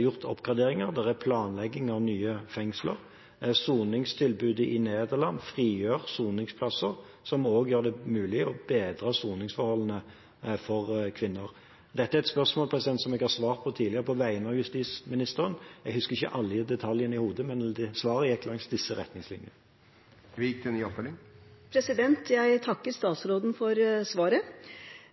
gjort oppgraderinger, og det er planlegging av nye fengsler. Soningstilbudet i Nederland frigjør soningsplasser, som også gjør det mulig å bedre soningsforholdene for kvinner. Dette er et spørsmål som jeg har svart på tidligere på vegne av justisministeren. Jeg husker ikke alle detaljene i hodet, men svaret gikk langs disse linjene. Jeg takker statsråden for svaret.